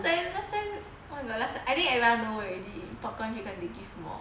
first time I think everyone know already popcorn chicken they give more